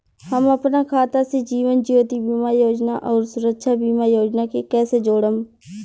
हम अपना खाता से जीवन ज्योति बीमा योजना आउर सुरक्षा बीमा योजना के कैसे जोड़म?